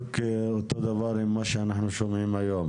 שהועלו אלה אותם דברים אותם אנחנו שומעים היום.